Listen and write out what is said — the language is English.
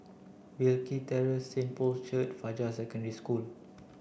Wilkie Terrace Saint Paul's Church Fajar Secondary School